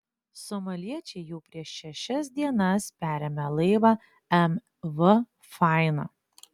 somaliečiai jau prieš šešias dienas perėmė laivą mv faina